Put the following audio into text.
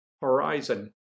horizon